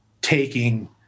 taking